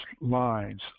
lines